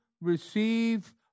receive